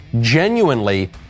genuinely